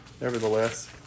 nevertheless